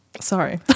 Sorry